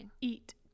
eat